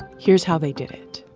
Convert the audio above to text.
here's how they did it.